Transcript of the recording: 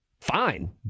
Fine